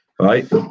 right